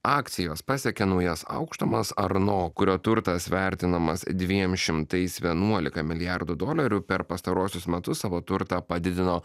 akcijos pasiekė naujas aukštumas arno kurio turtas vertinamas dviem šimtais vienuolika milijardų dolerių per pastaruosius metus savo turtą padidino